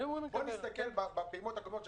בואו נסתכל בפעימות הקודמות,